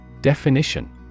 Definition